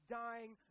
dying